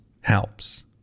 helps